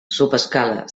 subescala